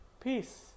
peace